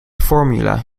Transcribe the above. formula